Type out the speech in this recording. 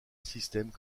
systems